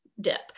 dip